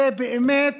זה באמת